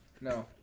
No